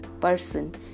person